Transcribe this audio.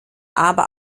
aber